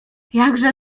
jakże